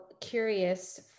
curious